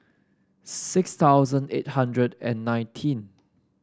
six thousand eight hundred and nineteen